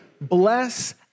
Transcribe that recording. bless